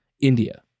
India